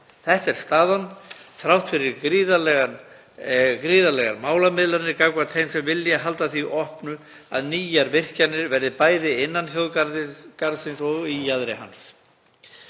Það er staðan þrátt fyrir gríðarlegar málamiðlanir gagnvart þeim sem vilja halda því opnu að nýjar virkjanir verði bæði innan þjóðgarðsins og í jaðri hans.